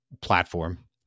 platform